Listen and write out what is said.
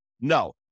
no